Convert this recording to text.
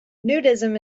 nudism